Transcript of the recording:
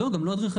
לא, גם לא אדריכלי.